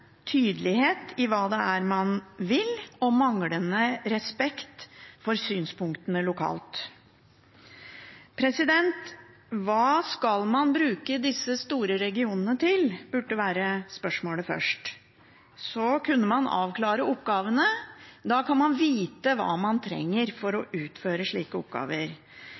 tydelighet i hva man vil, og manglende respekt for synspunktene lokalt. Hva skal man bruke disse store regionene til? Det burde være det første spørsmålet. Så kunne man avklare oppgavene. Da vet man hva man trenger for å utføre slike oppgaver.